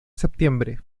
septiembre